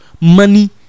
money